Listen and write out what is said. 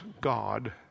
God